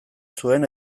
zuen